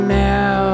now